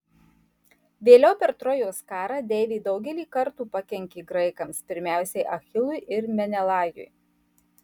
vėliau per trojos karą deivė daugelį kartų pakenkė graikams pirmiausiai achilui ir menelajui